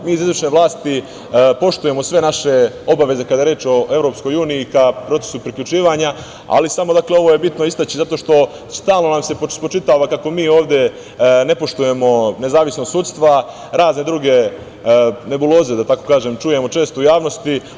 Mi iz izvršne vlasti, poštujemo sve naše obaveze kada je reč o EU, ka procesu priključivanja, ali samo, ovo je bitno istaći, zato što stalno nam se spočitava kako mi ovde ne poštujemo nezavisnost sudstva, razne druge nebuloze, da tako kažem, čujemo često u javnosti.